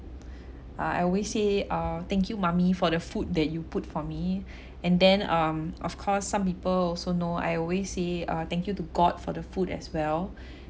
uh I always say err thank you mummy for the food that you put for me and then um of course some people also know I always say uh thank you to god for the food as well